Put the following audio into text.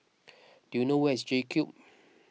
do you know where is J Cube